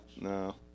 No